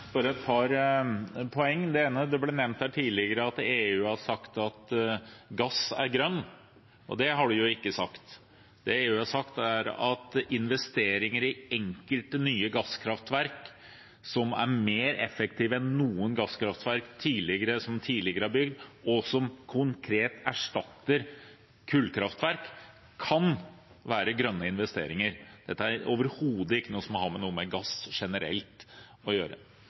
det tidligere ble nevnt at EU har sagt at gass er grønt. Det har de jo ikke sagt. Det EU har sagt, er at investeringer i enkelte nye gasskraftverk som er mer effektive enn noen gasskraftverk som tidligere er bygd, og som konkret erstatter kullkraftverk, kan være grønne investeringer. Dette har overhodet ikke noe med gass generelt å gjøre.